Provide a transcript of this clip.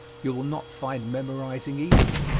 you will not find memorizing easy,